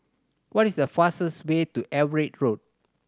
what is the fastest way to Everitt Road